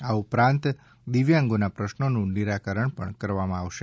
આ ઉપરાંત દિવ્યાંગોના પ્રશ્નોનું નિરાકરણ પણ કરવામાં આવશે